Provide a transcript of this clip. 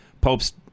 popes